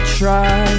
try